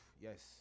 Yes